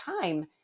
time